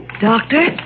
Doctor